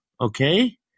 okay